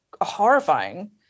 horrifying